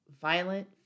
violent